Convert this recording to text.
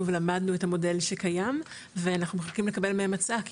ולמדנו את המודל שקיים ואנחנו מחכים לקבל מהם הצעה,